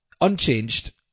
Unchanged